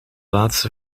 laatste